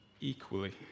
equally